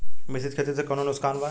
मिश्रित खेती से कौनो नुकसान बा?